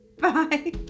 Bye